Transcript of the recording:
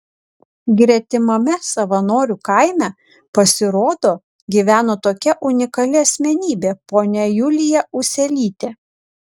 gretimame savanorių kaime pasirodo gyveno tokia unikali asmenybė ponia julija uselytė